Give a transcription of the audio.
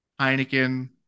Heineken